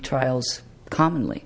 trials commonly